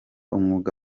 umwuga